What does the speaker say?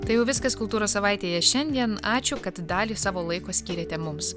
tai jau viskas kultūros savaitėje šiandien ačiū kad dalį savo laiko skiriate mums